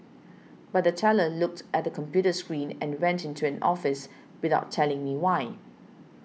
but the teller looked at the computer screen and went into an office without telling me why